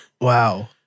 Wow